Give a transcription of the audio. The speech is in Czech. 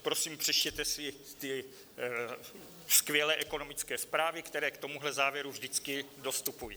Prosím, přečtěte si ty skvělé ekonomické zprávy, které k tomuhle závěru vždycky dostupují.